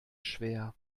schwer